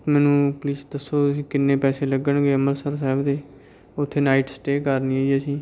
ਮੈਨੂੰ ਪਲੀਸ ਦੱਸੋ ਤੁਸੀਂ ਕਿੰਨੇ ਪੈਸੇ ਲੱਗਣਗੇ ਅੰਮ੍ਰਿਤਸਰ ਸਾਹਿਬ ਦੇ ਉੱਥੇ ਨਾਈਟ ਸਟੇਅ ਕਰਨੀ ਹੈ ਜੀ ਅਸੀਂ